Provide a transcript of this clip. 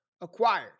acquired